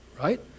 Right